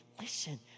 listen